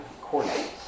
coordinates